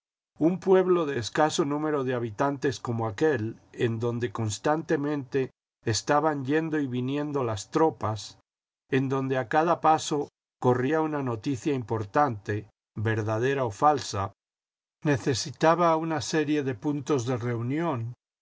un pueblo de escaso número dehabitantes como aquél en donde constantemente estaban yendo y viniendo las tropas en donde a cada paso corría una noticia importante verdadera o falsa necesitaba una serie de puntos de reunión